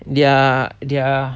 they're they're